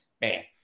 man